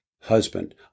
husband